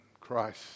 Christ